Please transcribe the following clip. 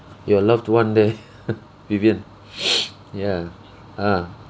your loved one there vivian ya ah